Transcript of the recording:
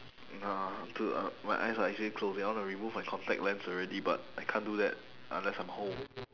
nah dude uh my eyes are actually closing I want to remove my contact lens already but I can't do that unless I'm home